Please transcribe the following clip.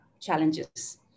challenges